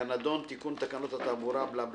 הנדון: תיקון תקנות התעבורה (תיקון מס'...),